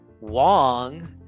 Wong